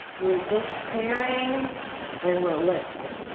we're just sharing and we're listening